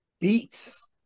beats